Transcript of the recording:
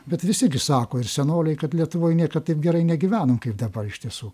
bet visi gi sako ir senoliai kad lietuvoj niekad taip gerai negyvenom kaip dabar iš tiesų